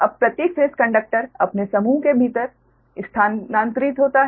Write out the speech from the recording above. अब प्रत्येक phase conductor अपने समूह के भीतर स्थानांतरित होता है